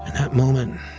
and that moment,